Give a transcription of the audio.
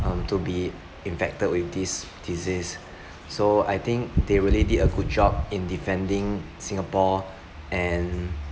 um to be infected with this disease so I think they really did a good job in defending singapore and